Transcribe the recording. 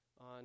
on